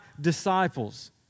disciples